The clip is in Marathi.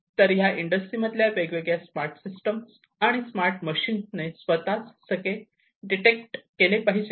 तर ह्या इंडस्ट्रीतील वेगवेगळ्या स्मार्ट सिस्टीम आणि स्मार्ट मशीन्स ने स्वतः च सगळे डिटेक्ट केले पाहिजे